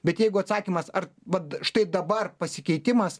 bet jeigu atsakymas ar vat štai dabar pasikeitimas